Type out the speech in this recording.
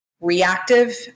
reactive